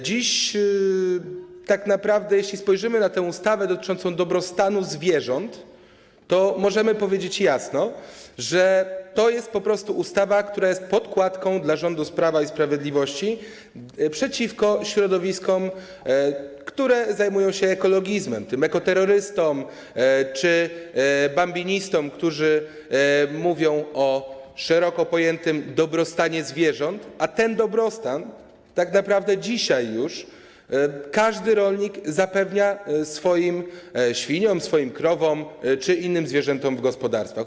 Dziś tak naprawdę jeśli spojrzymy na tę ustawę dotyczącą dobrostanu zwierząt, to możemy powiedzieć jasno, że to jest po prostu ustawa, która jest podkładką dla rządu Prawa i Sprawiedliwości przeciwko środowiskom, które zajmują się ekologizmem, tym ekoterrorystom czy bambinistom, którzy mówią o szeroko pojętym dobrostanie zwierząt, a ten dobrostan już dzisiaj każdy rolnik zapewnia swoim świniom, krowom czy zwierzętom w gospodarstwach.